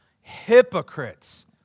hypocrites